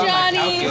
Johnny